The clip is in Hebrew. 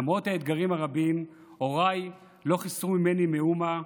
למרות האתגרים הרבים, הוריי לא חיסרו ממני מאומה.